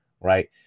right